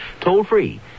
Toll-free